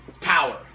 power